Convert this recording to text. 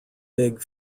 big